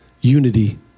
unity